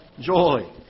Joy